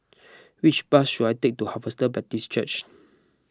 which bus should I take to Harvester Baptist Church